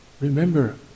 remember